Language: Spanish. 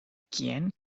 quien